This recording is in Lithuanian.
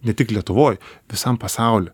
ne tik lietuvoj visam pasauly